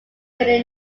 really